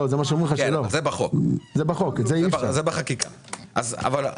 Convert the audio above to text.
נכון, זה בחקיקה, בחוק.